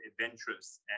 adventurous